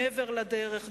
מעבר לדרך,